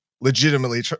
legitimately